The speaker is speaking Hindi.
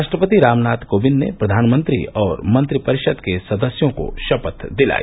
राष्ट्रपति रामनाथ कोविंद ने प्रधानमंत्री और मंत्रिपरिषद के सदस्यों को शपथ दिलाई